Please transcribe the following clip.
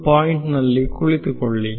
ಒ0ದು point ನಲ್ಲಿ ಕುಳಿತುಕೊಳ್ಳಿ